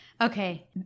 Okay